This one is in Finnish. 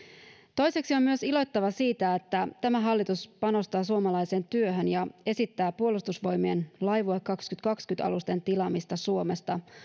toiseksi on myös iloittava siitä että tämä hallitus panostaa suomalaiseen työhön ja esittää puolustusvoimien laivue kaksituhattakaksikymmentä alusten tilaamista suomesta